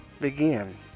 begin